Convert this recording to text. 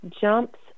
jumps